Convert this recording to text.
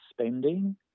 spending